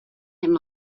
him